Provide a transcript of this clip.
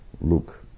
look